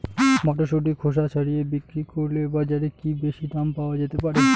মটরশুটির খোসা ছাড়িয়ে বিক্রি করলে বাজারে কী বেশী দাম পাওয়া যেতে পারে?